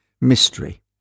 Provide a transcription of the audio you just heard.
mystery